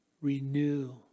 renew